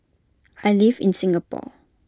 I live in Singapore